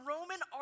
Roman